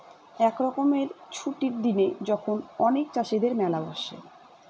এক রকমের ছুটির দিনে যখন অনেক চাষীদের মেলা বসে